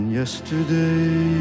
yesterday